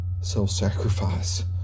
self-sacrifice